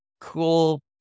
cool